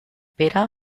pere